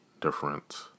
different